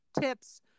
tips